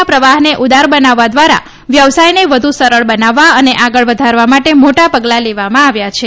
ના પ્રવાહને ઉદાર બનાવવા દ્વારા વ્યવસાયને વધુ સરળ બનાવવા અને આગળ વધારવા માટે મોટા પગલાં લેવામાં આવ્યા છે